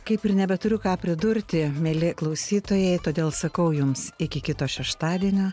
kaip ir nebeturiu ką pridurti mieli klausytojai todėl sakau jums iki kito šeštadienio